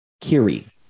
kiri